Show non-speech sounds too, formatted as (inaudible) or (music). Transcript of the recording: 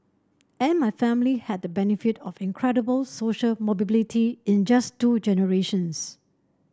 and my family had the benefit of incredible social (unintelligible) in just two generations